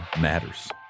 matters